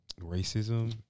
racism